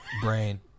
brain